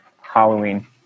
Halloween